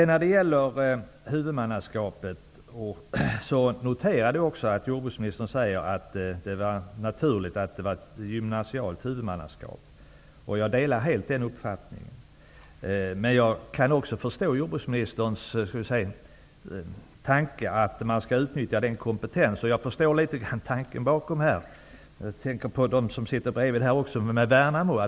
När det gäller huvudmannaskapet noterade jag att jordbruksministern sade att ett gymnasialt huvudmannaskap var naturligt. Jag delar helt den uppfattningen. Men jag kan också förstå jordbruksministerns tanke att man skall utnyttja kompetensen. De som sitter här bredvid tog upp utbildningen i Värnamo.